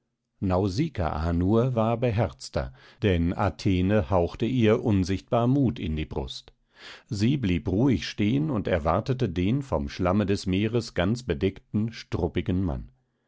nausikaa nur war beherzter denn athene hauchte ihr unsichtbar mut in die brust sie blieb ruhig stehen und erwartete den vom schlamme des meeres ganz bedeckten struppigen mann